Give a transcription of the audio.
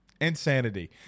Insanity